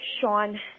Sean